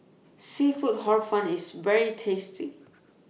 Seafood Hor Fun IS very tasty